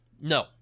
No